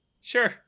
sure